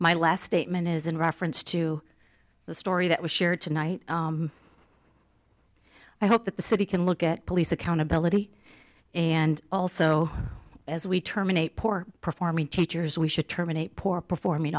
my last statement is in reference to the story that was shared tonight i hope that the city can look at police accountability and also as we terminate poor performing teachers we should terminate poor performing